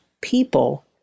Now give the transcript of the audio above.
people